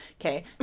Okay